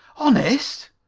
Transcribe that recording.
honest?